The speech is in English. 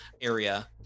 area